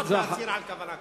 לפחות להצהיר על כוונה כזאת.